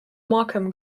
malcolm